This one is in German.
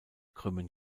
krümmen